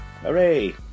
Hooray